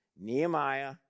Nehemiah